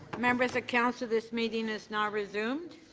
members of council, this meeting has now resumed.